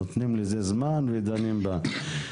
נותנים לזה זמן ודנים בה.